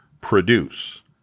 produce